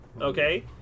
okay